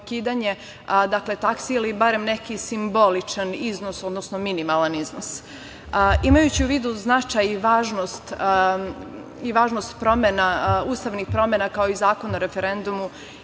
ukidanje taksi ili barem neki simboličan iznos, odnosno minimalan iznos. Imajući u vidu značaj i važnost ustavnih promena, kao i Zakon o referendumu